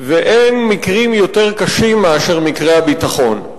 ואין מקרים יותר קשים מאשר מקרי הביטחון.